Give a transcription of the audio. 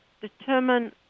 determine